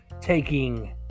taking